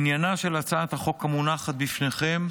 עניינה של הצעת החוק המונחת בפניכם,